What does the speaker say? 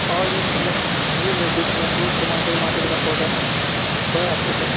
اور بھی مطلب سبزی میں کچھ مسور ٹماٹر وماٹر کا پودا کچھ ہے آپ کے پاس